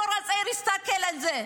הדור הצעיר יסתכל על זה.